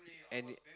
and